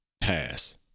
pass